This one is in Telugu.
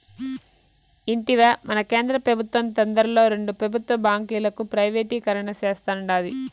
ఇంటివా, మన కేంద్ర పెబుత్వం తొందరలో రెండు పెబుత్వ బాంకీలను ప్రైవేటీకరణ సేస్తాండాది